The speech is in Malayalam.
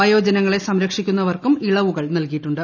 വൃത്യോജനങ്ങളെ സംരക്ഷിക്കുന്നവർക്കും ഇളവുകൾ നല്കിയിട്ടുണ്ട്